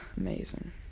amazing